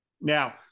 Now